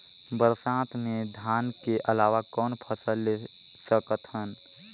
बरसात मे धान के अलावा कौन फसल ले सकत हन?